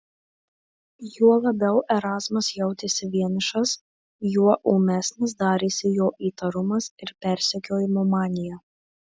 juo labiau erazmas jautėsi vienišas juo ūmesnis darėsi jo įtarumas ir persekiojimo manija